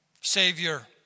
Savior